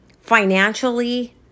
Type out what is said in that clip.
financially